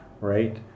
Right